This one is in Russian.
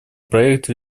проекта